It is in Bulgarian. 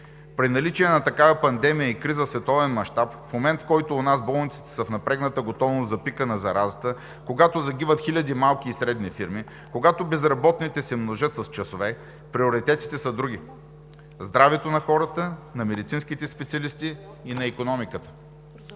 При наличие на такава пандемия и криза в световен мащаб, в момент, в който у нас болниците са в напрегната готовност за пика на заразата, когато загиват хиляди малки и средни фирми, когато безработните се множат с часове, приоритетите са други – здравето на хората, на медицинските специалисти и на икономиката.